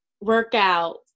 workout